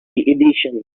edition